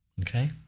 okay